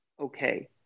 Okay